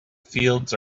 fields